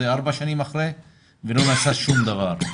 זה ארבע שנים אחרי ולא נעשה שום דבר.